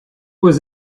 was